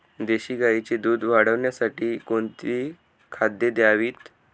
देशी गाईचे दूध वाढवण्यासाठी कोणती खाद्ये द्यावीत?